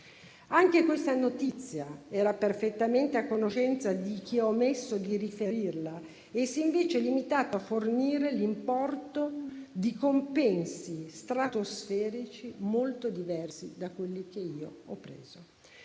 Anche questa notizia era perfettamente a conoscenza di chi ha omesso di riferirla e si è invece limitato a fornire l'importo di compensi stratosferici molto diversi da quelli che io ho preso.